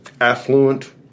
affluent